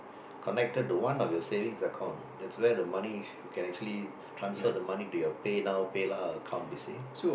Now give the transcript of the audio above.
connected to one of your savings account that's where the money can actually transfer the money to your PayNow PayNow account to say